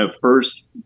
first